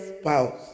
spouse